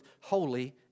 holy